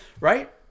right